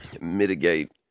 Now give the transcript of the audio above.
mitigate